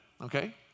Okay